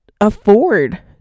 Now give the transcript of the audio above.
afford